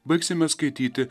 baigsime skaityti